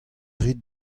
rit